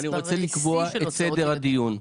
יש לי רק בקשה, אני רוצה לקבוע את סדר הדיון.